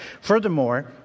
furthermore